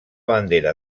bandera